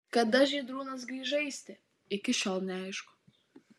kada žydrūnas grįš žaisti iki šiol neaišku